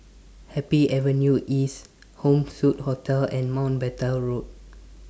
Happy Avenue East Home Suite Hotel and Mountbatten Road